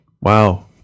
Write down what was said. Wow